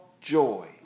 joy